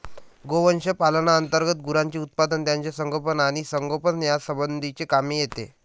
गोवंश पालना अंतर्गत गुरांचे उत्पादन, त्यांचे संगोपन आणि संगोपन यासंबंधीचे काम येते